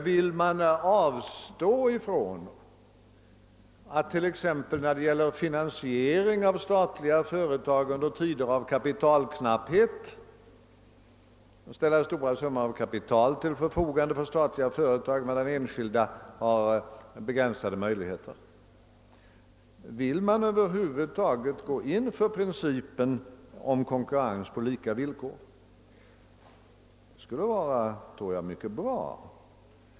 Vill man t.ex. när det gäller finansieringen av statliga företag under tider av kapitalknapphet avstå från att ställa stora summor till förfogande för statliga företag, medan enskilda har endast begränsade möjligheter? Vill man över huvud taget tillämpa principen om konkurrens på lika villkor? Jag tror det skulle vara bra.